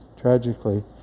tragically